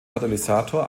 katalysator